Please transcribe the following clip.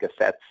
cassettes